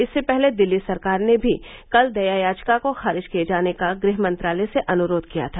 इससे पहले दिल्ली सरकार ने भी कल दया याचिका को खारिज किये जाने का गृह मंत्रालय से अनुरोध किया था